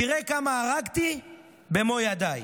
תראה כמה הרגתי במו ידיי.